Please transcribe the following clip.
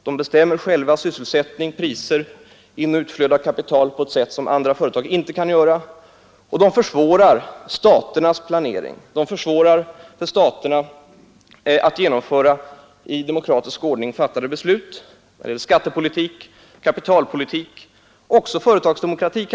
De bestämmer själva sysselsätt ning, priser samt inoch utflöde av kapital på ett sätt som andra företag inte kan göra, och de försvårar staternas planering. De försvårar för staterna att genomföra i demokratisk ordning fattade beslut när det gäller skattepolitik, kapitalpolitik och kanske också företagsdemokrati.